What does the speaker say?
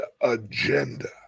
agenda